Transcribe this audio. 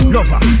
Lover